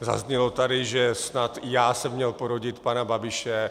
Zaznělo tady, že snad i já jsem měl porodit pana Babiše.